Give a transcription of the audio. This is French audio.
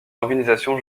organisation